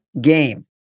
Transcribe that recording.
game